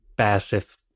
passive